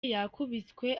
yakubiswe